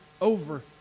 over